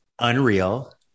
unreal